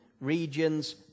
regions